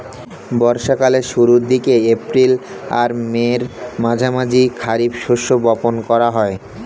বর্ষা কালের শুরুর দিকে, এপ্রিল আর মের মাঝামাঝি খারিফ শস্য বপন করা হয়